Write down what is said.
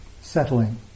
settling